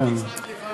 לעולם לא תצעד לבד.